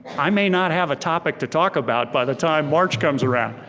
i may not have a topic to talk about by the time march comes around.